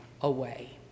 away